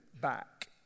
back